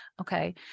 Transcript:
Okay